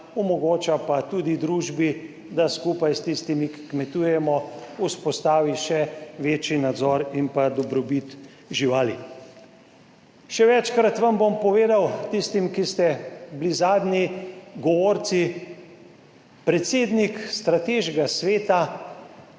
omogoča pa tudi družbi, da skupaj s tistimi, ki kmetujemo vzpostavi še večji nadzor in pa dobrobit živali. Še večkrat vam bom povedal tistim, ki ste bili zadnji govorci. Predsednik Strateškega sveta